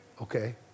Okay